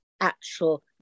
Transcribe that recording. actual